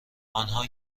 آنها